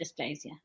dysplasia